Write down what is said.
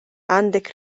għandek